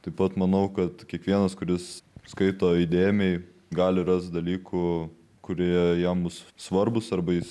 taip pat manau kad kiekvienas kuris skaito įdėmiai gali rast dalykų kurie jam bus svarbūs arba jis